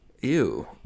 Ew